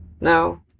No